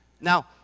Now